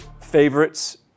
favorites